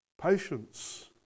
patience